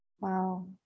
Wow